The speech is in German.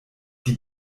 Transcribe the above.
die